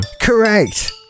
Correct